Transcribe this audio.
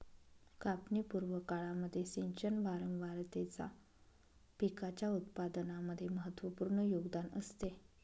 कापणी पूर्व काळामध्ये सिंचन वारंवारतेचा पिकाच्या उत्पादनामध्ये महत्त्वपूर्ण योगदान असते